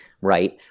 right